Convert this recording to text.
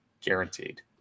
guaranteed